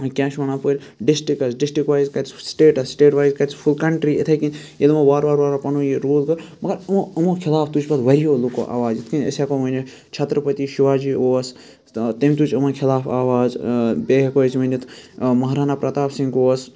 کیاہ چھِ وَنان اپٲرۍ ڈِسٹرکَس ڈِسٹرک وایز کَرِ سُہ سٹیٹَس سٹیٹ وایِز کَرِ سُہ فُل کَنٹِری اِتھے کنۍ ییٚلہِ وۄنۍ وارٕ وارٕ پَنُن یہِ روٗل کٔر مگر یِمو یِمو خلاف تُج پَتہٕ واریاہو لُکو آواز یِتھ کنۍ أسۍ ہیٚکو ؤنِتھ چھٔترپٔتی شِواجی اوس تمہِ تُج یِمَن خلاف آواز بیٚیہِ ہیٚکو أسۍ ؤنِتھ مہارانا پرٛتاپ سِنٛگھ اوس